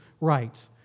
right